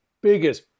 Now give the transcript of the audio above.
biggest